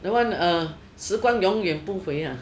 the one uh 时光永远不回呀